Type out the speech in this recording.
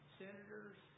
senators